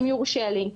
אם יורשה לי,